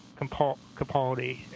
Capaldi